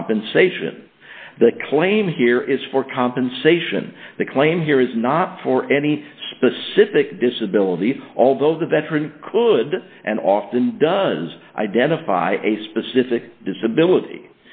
compensation the claim here is for compensation the claim here is not for any specific disability although the veteran could and often does identify a specific disability